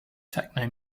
techno